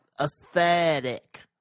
aesthetic